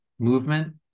movement